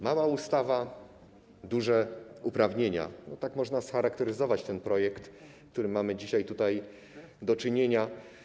Mała ustawa, duże uprawnienia - tak można scharakteryzować ten projekt, z którym mamy dzisiaj tutaj do czynienia.